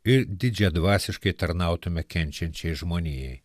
ir didžiadvasiškai tarnautumėme kenčiančiai žmonijai